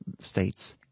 states